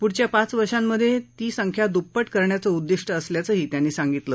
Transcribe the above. पुढच्या पाच वर्षांमध्ये ही दुप्प करण्याचं उद्दिष्ट असल्याचंही त्यांनी सांगितलं